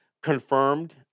confirmed